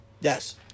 Yes